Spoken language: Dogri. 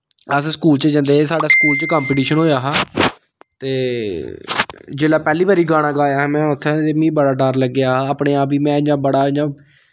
अस स्कूल च जंदे हे साढ़ा स्कूल च कंपिटिशन होआ हा ते जिसलै पैह्ली बारी गाना गाया हा में उत्थें ते मीं बड़ा डर लग्गेआ हा अपने आप गी में इ'यां बड़ा इ'यां